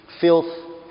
filth